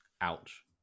Ouch